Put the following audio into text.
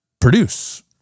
produce